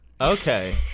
Okay